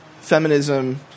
feminism